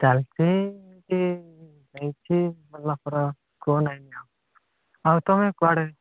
ଚାଲିଛି ଭଲ ଖରାପ କୁହ ନାଇଁ ଆଉ ତୁମେ କୁଆଡ଼େ